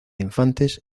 infantes